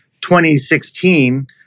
2016